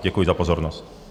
Děkuji za pozornost.